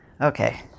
Okay